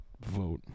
vote